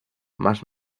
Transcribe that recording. más